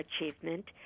achievement